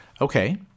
Okay